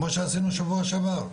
כמו שעשינו שבוע שעבר.